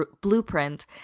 blueprint